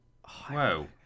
Whoa